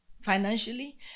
financially